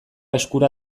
eskura